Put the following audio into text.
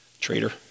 Traitor